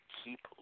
keep